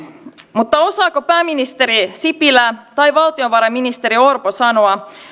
mutta osaako pääministeri sipilä tai valtiovarainministeri orpo sanoa